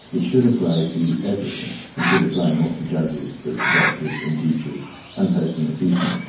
it should apply to everything, it should apply not to judges but to doctors and teachers and postmen and policemen,